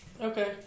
Okay